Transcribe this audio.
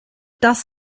das